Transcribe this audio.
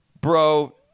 bro